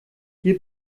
hier